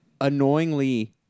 annoyingly